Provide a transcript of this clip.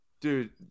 Dude